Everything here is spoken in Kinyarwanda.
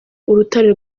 urutare